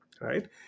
right